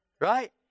Right